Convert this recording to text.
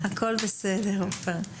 הכל בסדר עופר.